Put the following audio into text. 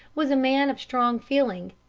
was a man of strong feeling,